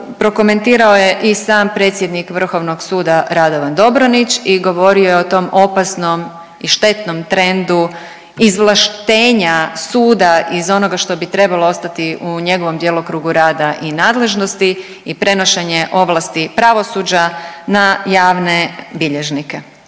prokomentirao je i sam predsjednik vrhovnog suda Radovan Dobronić i govorio je o tom opasnom i štetnom trendu izvlaštenja suda iz onoga što bi trebalo ostati u njegovom djelokrugu rada i nadležnosti i prenošenje ovlasti pravosuđa na javne bilježnike.